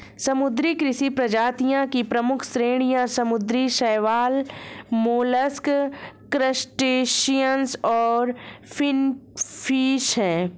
समुद्री कृषि प्रजातियों की प्रमुख श्रेणियां समुद्री शैवाल, मोलस्क, क्रस्टेशियंस और फिनफिश हैं